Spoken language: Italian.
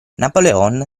napoleon